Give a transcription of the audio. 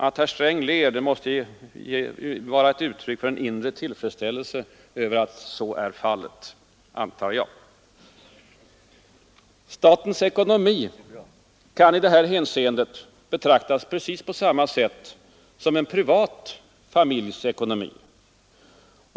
— Att herr Sträng nu ler är väl uttryck för en inre tillfredsställelse över att det förhåller sig på detta sätt, antar jag. Statens ekonomi kan i det här hänseendet betraktas precis på samma sätt som en privat familjs ekonomi.